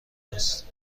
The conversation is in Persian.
است